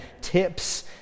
tips